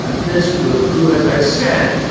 ah this group who, as i said,